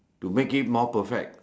to make it more perfect